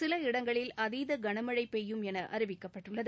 சில இடங்களில் அதீத கனமழை பெய்யும் என அறிவிக்கப்பட்டுள்ளது